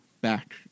back